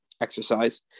exercise